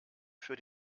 für